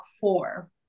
four